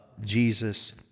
Jesus